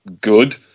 good